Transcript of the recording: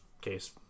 case